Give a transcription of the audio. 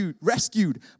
rescued